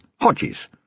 Hodges